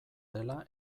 dela